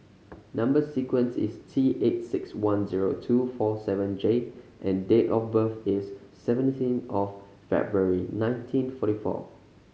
number sequence is T eight six one zero two four seven J and date of birth is seventeen of February nineteen forty four